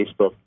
Facebook